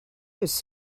was